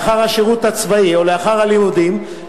לאחר השירות הצבאי או לאחר הלימודים,